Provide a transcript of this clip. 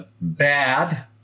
Bad